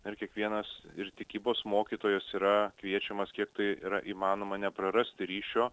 ir kiekvienas ir tikybos mokytojas yra kviečiamas kiek tai yra įmanoma neprarasti ryšio